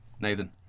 Nathan